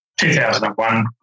2001